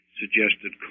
suggested